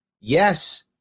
Yes